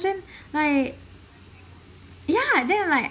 then like ya then like